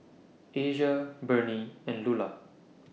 Asia Bernie and Lulah